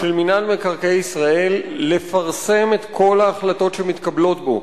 של מינהל מקרקעי ישראל לפרסם את כל ההחלטות שמתקבלות בו.